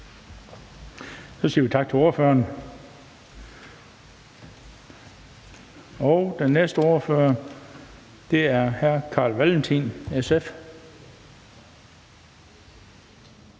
Så siger vi tak til ordføreren. Og den næste ordfører er hr. Carl Valentin, SF.